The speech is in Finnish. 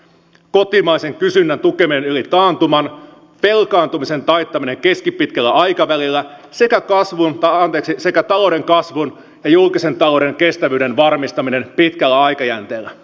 kotimaisen kysynnän tukeminen yli taantuman velkaantumisen taittaminen keskipitkällä aikavälillä sekä talouden kasvun ja julkisen talouden kestävyyden varmistaminen pitkällä aikajänteellä